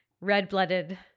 red-blooded